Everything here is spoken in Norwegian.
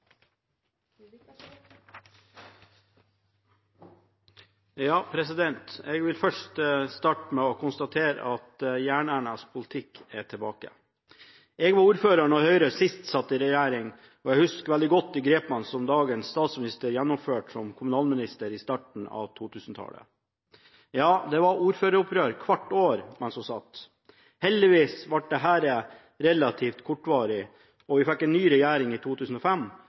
tilbake. Jeg var ordfører da Høyre sist satt i regjering, og jeg husker veldig godt de grepene som dagens statsminister gjennomførte som kommunalminister, på starten av 2000-tallet. Ja, det var ordføreropprør hvert år mens hun satt. Heldigvis ble dette relativt kortvarig, og vi fikk en ny regjering i 2005